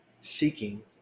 seeking